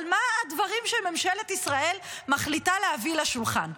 מה הדברים שממשלת ישראל מחליטה להביא לשולחן.